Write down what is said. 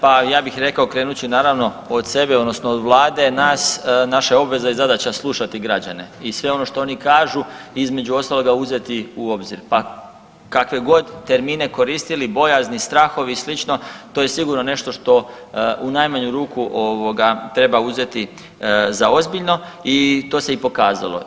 Pa ja bih rekao krenut ću naravno od sebe odnosno od Vlade nas naša je obveza i zadaća slušati građane i sve ono što oni kažu između ostalog uzeti u obzir, pa kakvegod termine koristili bojazni, strahovi i sl. to je sigurno nešto što u najamnu ruku treba uzeti za ozbiljno i to se i pokazalo.